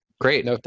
great